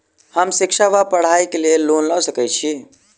हम शिक्षा वा पढ़ाई केँ लेल लोन लऽ सकै छी?